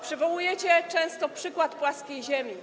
Przywołujecie często przykład płaskiej ziemi.